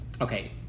Okay